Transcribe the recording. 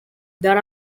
there